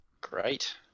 great